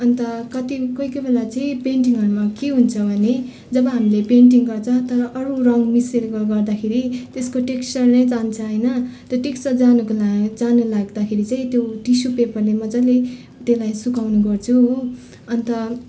अन्त कति कोही कोही बेला चाहिँ पेन्टिङहरूमा के हुन्छ भने जब हामीले पेन्टिङ गर्छ तर अरू रङ्ग मिसेर गर्दाखेरि त्यसको टेक्स्चर नै जान्छ होइन त्यो टेक्स्चर जानुको ला जानु लाग्दाखेरि चाहिँ त्यो टिस्यु पेपरले मजाले त्यसलाई सुकाउने गर्छु हो अन्त